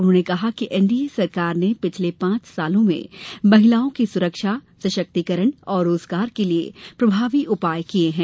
उन्होंने कहा कि एनडीए सरकार ने पिछले पांच वर्ष में महिलाओं की सुरक्षा सशक्तिकरण और रोजगार के लिए प्रभावी उपाय किए हैं